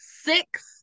six